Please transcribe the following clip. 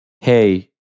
hey